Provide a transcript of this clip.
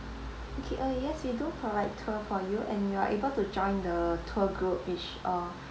okay uh yes we do provide tour for you and you're able to join the tour group which uh